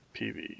PV